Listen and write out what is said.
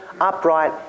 upright